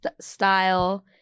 style